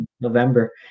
November